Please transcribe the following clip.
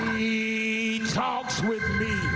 he talks with me.